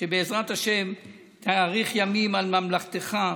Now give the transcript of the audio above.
בעזרת השם שתאריך ימים על ממלכתך,